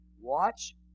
Watch